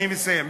אני מסיים.